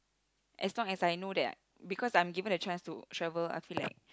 as long as I know that because I'm given a chance to travel I feel like